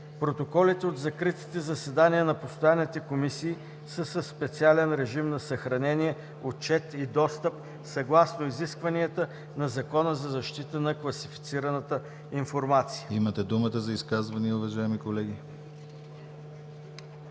Протоколите от закритите заседания на постоянните комисии са със специален режим на съхранение, отчет и достъп съгласно изискванията на Закона за защита на класифицираната информация.“ ПРЕДСЕДАТЕЛ ДИМИТЪР ГЛАВЧЕВ: Имате думата за изказвания, уважаеми колеги.